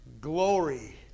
glory